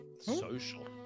Social